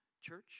Church